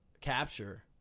capture